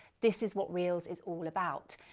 this is what reels is all about.